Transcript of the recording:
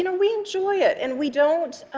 you know we enjoy it, and we don't